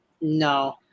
No